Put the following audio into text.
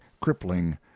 crippling